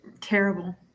terrible